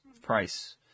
price